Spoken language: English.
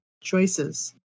choices